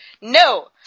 no